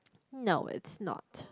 no it's not